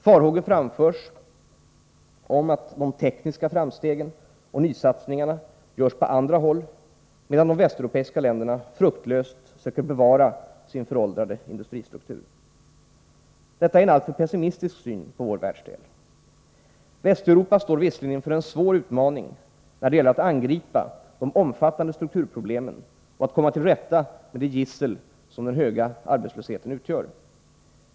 Farhågor framförs om att de tekniska framstegen och nysatsningarna görs på andra håll, medan de västeuropeiska länderna fruktlöst söker bevara sin föråldrade industristruktur. Detta är en alltför pessimistisk syn på vår världsdel. Västeuropa står visserligen inför en svår utmaning när det gäller att angripa de omfattande strukturproblemen och att komma till rätta med det gissel som den höga arbetslösheten utgör.